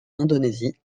indonésie